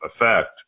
effect